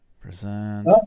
Present